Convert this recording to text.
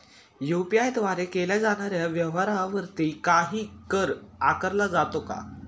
UPI द्वारे केल्या जाणाऱ्या व्यवहारावरती काही कर आकारला जातो का?